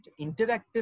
interactive